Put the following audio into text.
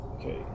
Okay